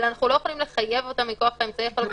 אבל אנחנו לא יכולים לחייב אותם מכוח האמצעי החלופי